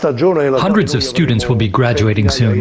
ah and hundreds of students will be graduating soon.